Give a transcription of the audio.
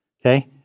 Okay